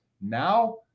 now